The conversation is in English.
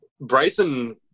Bryson